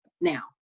now